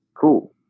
Cool